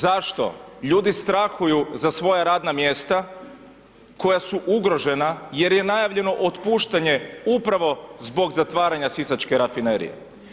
Zašto ljudi strahuju za svoja radna mjesta koja su ugrožena jer je najavljeno otpuštanje upravo zbog zatvaranja sisačke rafinerije?